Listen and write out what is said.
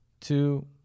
two